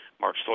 March